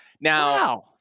Now